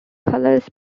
colors